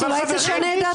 אולי תשנה את דעתך.